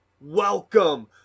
welcome